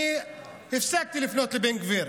אני הפסקתי לפנות לבן גביר,